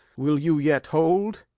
will you yet hold?